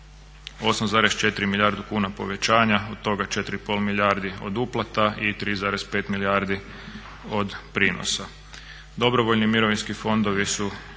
8,4 milijardu kuna povećanja od toga 4,5 milijardi od uplata i 3,5 milijardi od prijenosa. Dobrovoljni mirovinski fondovi su